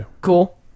cool